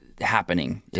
happening